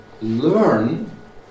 learn